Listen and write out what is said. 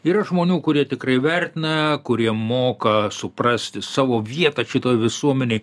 yra žmonių kurie tikrai vertina kurie moka suprasti savo vietą šitoj visuomenėj